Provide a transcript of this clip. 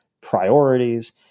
priorities